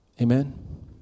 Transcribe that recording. Amen